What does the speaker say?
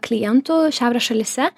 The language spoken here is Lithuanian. klientų šiaurės šalyse